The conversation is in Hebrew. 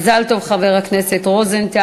מזל טוב, חבר הכנסת רוזנטל.